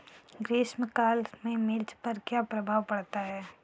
ग्रीष्म काल में मिर्च पर क्या प्रभाव पड़ता है?